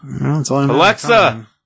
Alexa